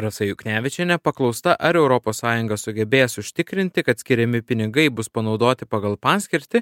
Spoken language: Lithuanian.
rasa juknevičienė paklausta ar europos sąjunga sugebės užtikrinti kad skiriami pinigai bus panaudoti pagal paskirtį